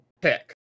pick